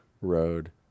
road